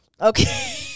okay